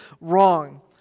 wrong